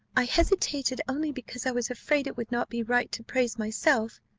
i hesitated only because i was afraid it would not be right to praise myself.